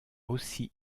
aussi